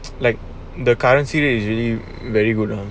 like the currency that usually very good lah